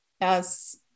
Yes